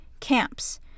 Camps